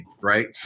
right